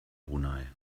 brunei